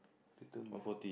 later with